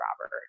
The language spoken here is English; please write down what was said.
Robert